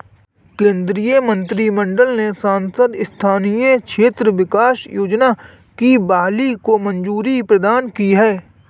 केन्द्रीय मंत्रिमंडल ने सांसद स्थानीय क्षेत्र विकास योजना की बहाली को मंज़ूरी प्रदान की है